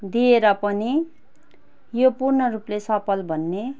दिएर पनि यो पूर्ण रूपले सफल भने